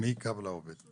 רשות